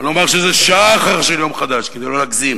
לא אומר שזה שחר של יום חדש, כדי לא להגזים